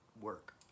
work